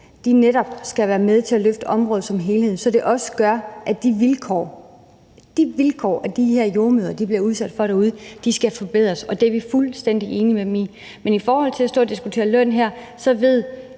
netop skal være med til at løfte området som helhed, så det gør, at de vilkår, de her jordemødre bliver udsat for derude, forbedres, og det er vi fuldstændige enige med dem i. Men i forhold til at stå og diskutere løn her ved